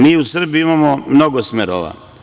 Mi u Srbiji imamo mnogo smerova.